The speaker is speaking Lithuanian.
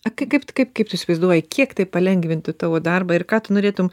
ak kaip kaip kaip tu įsivaizduoji kiek tai palengvintų tavo darbą ir kad norėtum